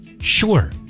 Sure